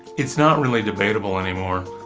it's not really debatable any more.